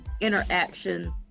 interaction